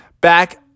back